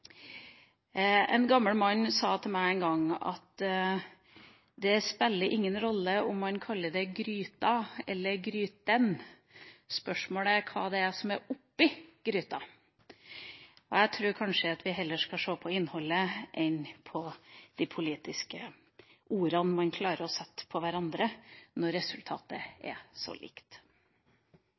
En gammel mann sa en gang til meg at det ikke spiller noen rolle om man kaller det «gryta» eller «gryten», men at spørsmålet er hva som er oppi gryta. Jeg tror kanskje at vi heller skal se på innholdet enn på de politiske ordene man setter på hverandre, når resultatet er så likt.